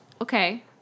Okay